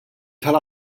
tal